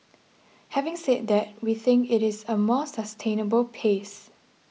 having said that we think it is a more sustainable pace